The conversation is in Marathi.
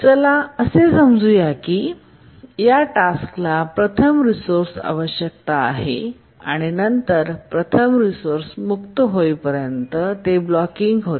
चला असे समजू की या टास्क स प्रथम रिसोर्से आवश्यक आहे आणि नंतर प्रथम रिसोर्सेस मुक्त होईपर्यंत ते ब्लॉकिंग होते